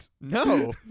No